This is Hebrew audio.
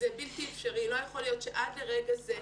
זה בלתי אפשרי לא יכול להיות שעד לרגע זה,